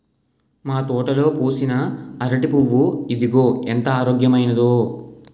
మా తోటలో పూసిన అరిటి పువ్వు ఇదిగో ఎంత ఆరోగ్యమైనదో